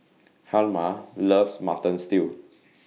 Hjalmar loves Mutton Stew